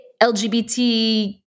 LGBT